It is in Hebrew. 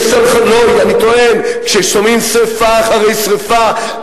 כששומעים שרפה אחרי שרפה,